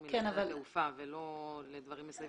חירומי לשדה תעופה ולא לדברים מסביב.